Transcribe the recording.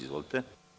Izvolite.